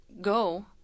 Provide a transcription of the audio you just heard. go